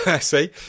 See